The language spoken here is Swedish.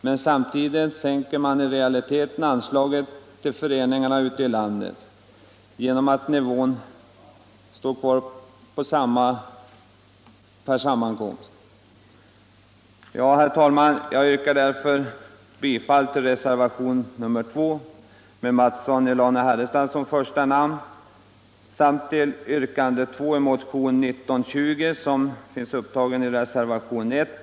Men samtidigt sänker man i realiteten anslaget till föreningarna ute i landet genom att beloppet per sammankomst förblir oförändrat.